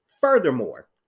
Furthermore